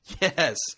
Yes